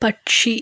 പക്ഷി